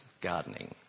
gardening